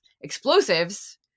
explosives